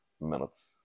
minutes